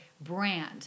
brand